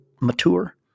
mature